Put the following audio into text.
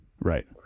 Right